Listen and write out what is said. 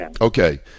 Okay